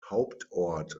hauptort